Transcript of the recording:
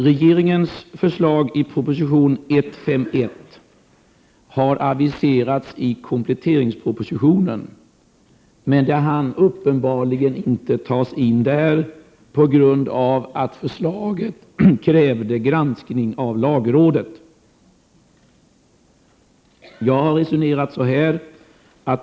Regeringens förslag i proposition 151 har aviserats i kompletteringspropositionen, men hann uppenbarligen inte tas in i denna på grund av att förslaget krävde granskning av lagrådet.